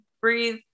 breathe